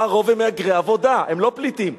הרוב הם מהגרי עבודה, הם לא פליטים.